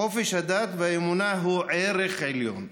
חופש הדת והאמונה הוא ערך עליון,